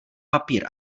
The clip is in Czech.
papír